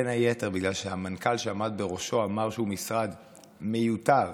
בין היתר בגלל שהמנכ"ל שעמד בראשו אמר שהוא משרד מיותר